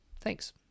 thanks